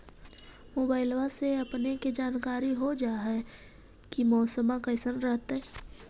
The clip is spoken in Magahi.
मोबाईलबा से अपने के जानकारी हो जा है की मौसमा कैसन रहतय?